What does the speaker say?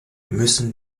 müssen